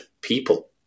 people